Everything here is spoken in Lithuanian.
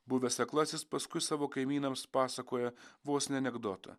buvęs aklasis paskui savo kaimynams pasakoja vos ne anekdotą